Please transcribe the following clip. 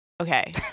Okay